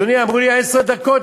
אדוני, אמרו לי עשר דקות.